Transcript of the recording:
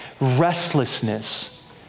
restlessness